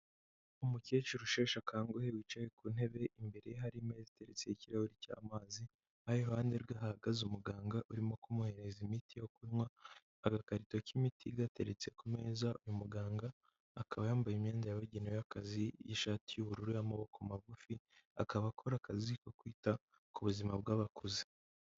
Umukecuru usheshe akanguhe wicaye ku ntebe imbere hari imeza iteretseho ikirahuri cy'amazi aho iruhande rwe hahagaze umuganga urimo kumuhereza imiti yo kunywa agakarito k'imiti gateretse ku meza uyu muganga akaba yambaye imyenda yabugenewe y'akazi y'ishati y'ubururu y'amaboko magufi akaba akora akazi ko kwita ku buzima bw'abakuze.